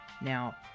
Now